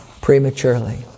Prematurely